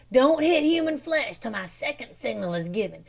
don't hit human flesh till my second signal is given,